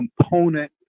component